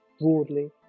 Broadly